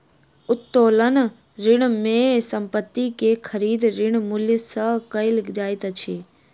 उत्तोलन ऋण में संपत्ति के खरीद, ऋण मूल्य सॅ कयल जाइत अछि